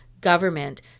government